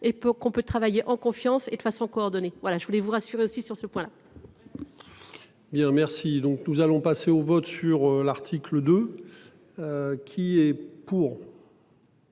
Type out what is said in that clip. peut qu'on peut travailler en confiance et de façon coordonnée. Voilà je voulais vous rassurer aussi sur ce point là. Bien merci. Donc nous allons passer au vote sur l'article 2. Qui est pour.